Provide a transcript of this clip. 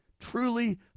Truly